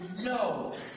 no